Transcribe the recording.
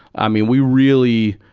i mean we really,